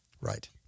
Right